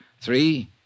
Three